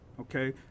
okay